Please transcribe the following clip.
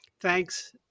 Thanks